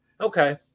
Okay